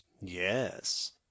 Yes